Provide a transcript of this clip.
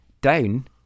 down